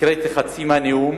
הקראתי חצי מהנאום.